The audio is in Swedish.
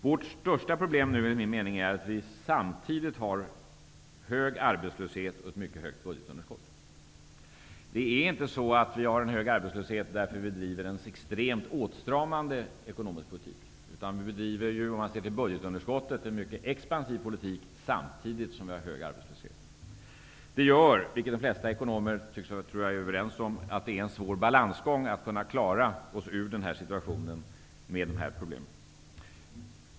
Vårt största problem är enligt min mening att vi samtidigt har hög arbetslöshet och ett mycket stort budgetunderskott. Det är inte så att vi har hög arbetslöshet därför att vi driver en extremt åtstramande ekonomisk politik. Om man ser till budgetunderskottet bedriver vi en mycket expansiv politik samtidigt som vi har hög arbetslöshet. Det medför, vilket de flesta ekonomer tycks vara överens om, en svår balansgång när man skall ta sig ur den här situationen med dessa problem.